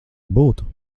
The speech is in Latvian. būtu